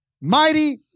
Mighty